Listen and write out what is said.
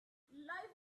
life